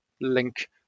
link